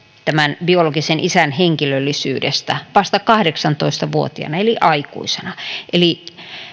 tämän biologisen isän henkilöllisyydestä vasta kahdeksantoista vuotiaana eli aikuisena eli